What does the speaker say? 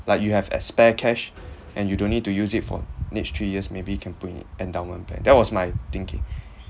like you have as spare cash and you don't need to use it for next three years maybe can put in endowment plan that was my thinking